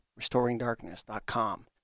restoringdarkness.com